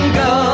go